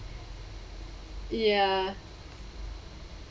ya